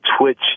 twitch